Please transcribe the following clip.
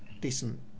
Decent